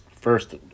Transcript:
first